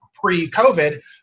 pre-COVID